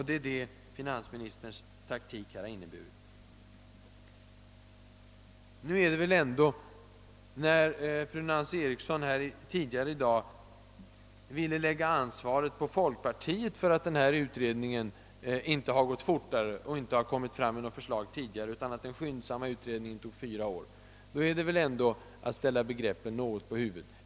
Det är detta finansministerns taktik har inneburit. När fru Nancy Eriksson förut i dag ville lägga ansvaret på folkpartiet för att utredningen inte tidigare framlagt något förslag utan att den »skyndsamma» utredningen tog fyra år, var det väl ändå att något ställa begreppen på huvudet.